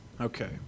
Okay